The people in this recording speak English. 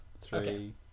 Three